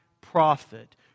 prophet